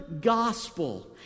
gospel